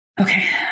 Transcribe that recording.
Okay